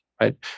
right